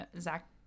Zach